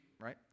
right